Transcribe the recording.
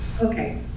Okay